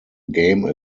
game